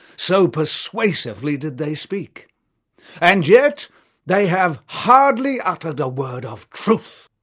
so persuasively did they speak and yet they have hardly uttered a word of truth.